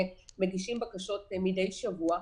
מגישים בקשות מדי שבוע.